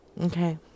Okay